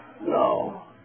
No